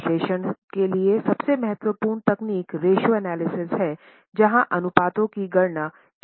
विश्लेषण के लिए सबसे महत्वपूर्ण तकनीक रेश्यो एनालिसिस है जहां अनुपातों की गणना की जाती है